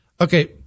Okay